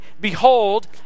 Behold